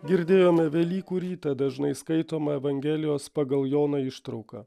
girdėjome velykų rytą dažnai skaitomą evangelijos pagal joną ištrauką